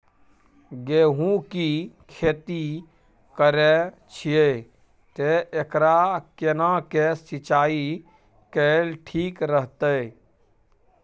गेहूं की खेती करे छिये ते एकरा केना के सिंचाई कैल ठीक रहते?